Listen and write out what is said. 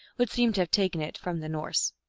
would seem to have taken it from the norse.